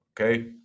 okay